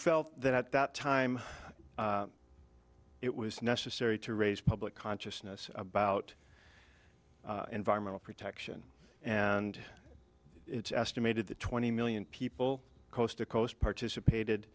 felt that at that time it was necessary to raise public consciousness about environmental protection and it's estimated that twenty million people coast to coast participated